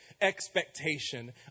expectation